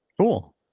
Cool